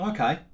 Okay